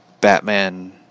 batman